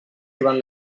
durant